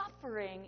suffering